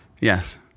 Yes